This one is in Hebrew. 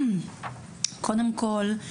קודם כול,